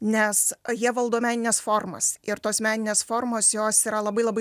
nes jie valdo menines formas ir tos meninės formos jos yra labai labai